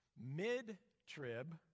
Mid-trib